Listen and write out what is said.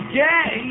gay